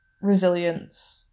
resilience